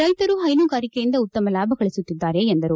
ರೈತರು ಹೈನುಗಾರಿಕೆಯಿಂದ ಉತ್ತಮ ಲಾಭಗಳಸುತ್ತಿದ್ದಾರೆ ಎಂದರು